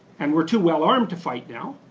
and we're too well armed to fight now.